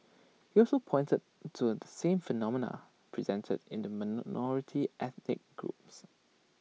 he also pointed to the same phenomena presented in the ethnic groups